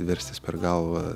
verstis per galvą